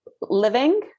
living